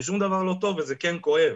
ושום דבר לא טוב וזה כן כואב.